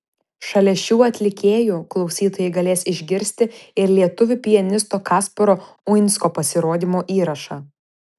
šalia šių atlikėjų klausytojai galės išgirsti ir lietuvių pianisto kasparo uinsko pasirodymo įrašą